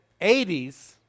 80s